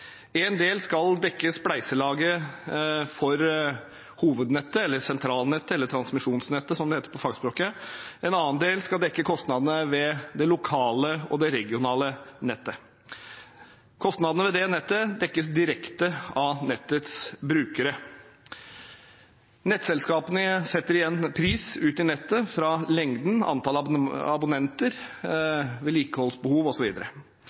del skal dekke spleiselaget for hovednettet, sentralnettet, eller transmisjonsnettet, som det heter på fagspråket. En annen del skal dekke kostnadene ved det lokale og det regionale nettet. Nettkostnadene dekkes direkte av nettets brukere. Nettselskapene setter en pris ut fra lengden på nettet, antall abonnenter, vedlikeholdsbehov osv. Det betyr at kostnadene varierer sterkt ut fra